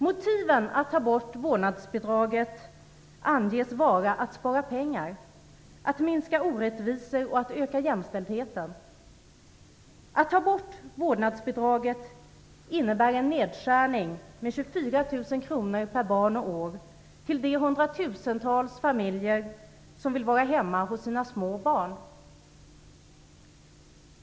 Motiven att avskaffa vårdnadsbidraget anges vara att spara pengar, att minska orättvisor och att öka jämställdheten. Att avskaffa vårdnadsbidraget innebär en nedskärning med 24 000 kr per barn och år till de hundratusentals familjer som vill vara hemma hos sina små barn.